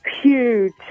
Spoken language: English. huge